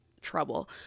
trouble